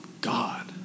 God